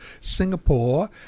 Singapore